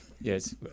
Yes